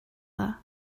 dda